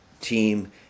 team